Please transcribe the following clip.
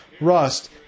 Rust